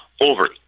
over